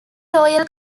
royal